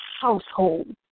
household